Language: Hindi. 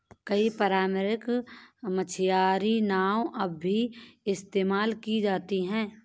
कई पारम्परिक मछियारी नाव अब भी इस्तेमाल की जाती है